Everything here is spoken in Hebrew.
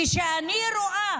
כשאני רואה